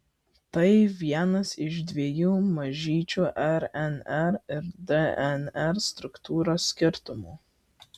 tai vienas iš dviejų mažyčių rnr ir dnr struktūros skirtumų